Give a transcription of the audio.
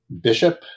Bishop